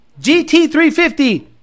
GT350